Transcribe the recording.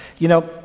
you know,